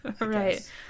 Right